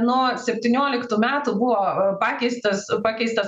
nuo septynioliktų metų buvo pakeistas pakeistas